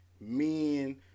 men